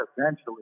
essentially